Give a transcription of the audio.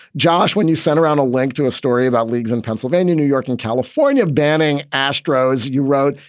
josh, when you sent around a link to a story about leagues in pennsylvania, new york and california banning astro as you wrote.